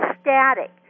static